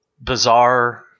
bizarre